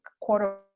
quarter